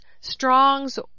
Strong's